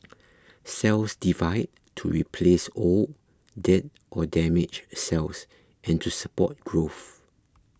cells divide to replace old dead or damaged cells and to support growth